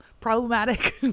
problematic